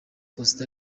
costa